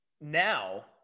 now